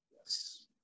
yes